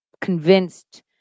convinced